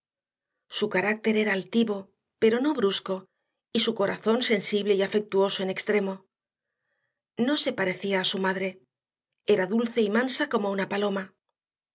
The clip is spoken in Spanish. su carácter era altivo pero no brusco y su corazón sensible y afectuoso en extremo no se parecía a su madre era dulce y mansa como una paloma